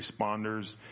responders